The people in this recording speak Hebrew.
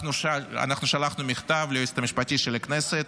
אנחנו שלחנו מכתב ליועצת המשפטית של הכנסת.